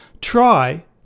Try